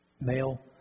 male